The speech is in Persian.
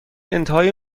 انتهای